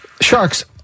Sharks